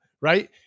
right